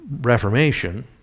Reformation